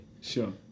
Sure